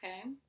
Okay